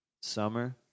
Summer